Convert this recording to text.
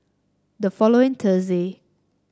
the following Thursday